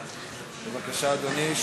בבקשה, אדוני.